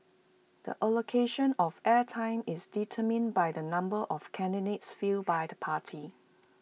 the allocation of air time is determined by the number of candidates fielded by the party